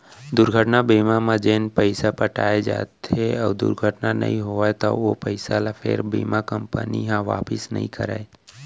दुरघटना बीमा म जेन पइसा पटाए जाथे अउ दुरघटना नइ होवय त ओ पइसा ल फेर बीमा कंपनी ह वापिस नइ करय